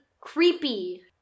Creepy